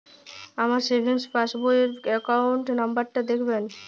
আমার সেভিংস পাসবই র অ্যাকাউন্ট নাম্বার টা দেখাবেন?